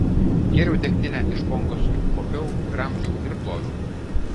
gėriau degtinę iš bonkos kuopiau gramdžiau ir ploviau